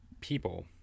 people